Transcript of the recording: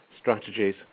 strategies